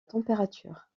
température